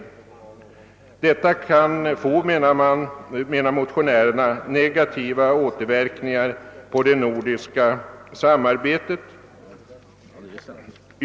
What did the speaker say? Detta kan få, menar motionärerna, negativa återverkningar på det nordiska samarbetet.